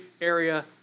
area